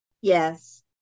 Yes